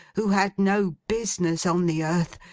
who had no business on the earth,